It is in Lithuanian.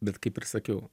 bet kaip ir sakiau